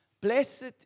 Blessed